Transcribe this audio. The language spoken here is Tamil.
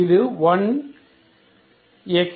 அது 1